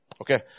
Okay